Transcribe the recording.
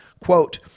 Quote